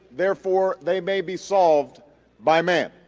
therefore they may be solved by man.